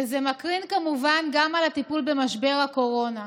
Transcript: וזה מקרין כמובן גם על הטיפול במשבר הקורונה.